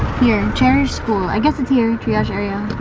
here! cherish school, i guess it's here triage area.